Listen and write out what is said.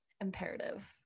imperative